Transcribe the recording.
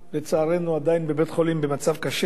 לצערנו, עדיין בבית-החולים במצב קשה,